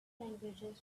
languages